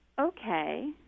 okay